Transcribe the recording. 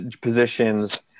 positions